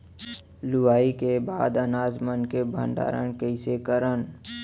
लुवाई के बाद अनाज मन के भंडारण कईसे करन?